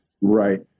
Right